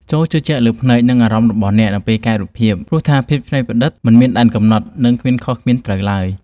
ចូរជឿជាក់លើភ្នែក និងអារម្មណ៍របស់អ្នកនៅពេលកែរូបភាព ព្រោះថាភាពច្នៃប្រឌិតមិនមានដែនកំណត់ និងគ្មានខុសគ្មានត្រូវឡើយ។